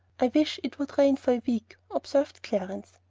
i wish it would rain for a week, observed clarence.